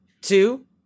Two